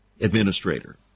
administrator